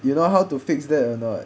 you know how to fix that or not